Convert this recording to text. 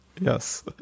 Yes